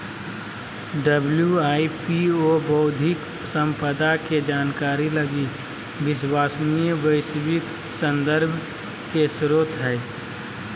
WIPO बौद्धिक संपदा के जानकारी लगी विश्वसनीय वैश्विक संदर्भ के स्रोत हइ